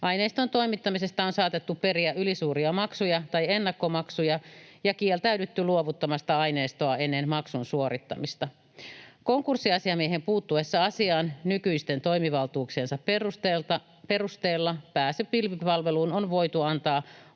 Aineiston toimittamisesta on saatettu periä ylisuuria maksuja tai ennakkomaksuja, ja on kieltäydytty luovuttamasta aineistoa ennen maksun suorittamista. Konkurssiasiamiehen puuttuessa asiaan nykyisten toimivaltuuksiensa perusteella pääsy pilvipalveluun on voitu antaa